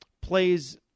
Plays